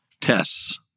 tests